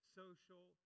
social